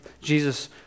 Jesus